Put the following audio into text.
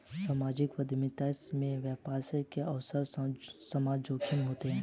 सामाजिक उद्यमिता में व्यवसाय के अवसर समाजोन्मुखी होते हैं